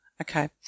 Okay